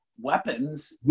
weapons